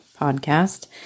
podcast